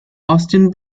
austin